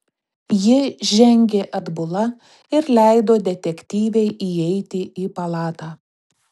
ji žengė atbula ir leido detektyvei įeiti į palatą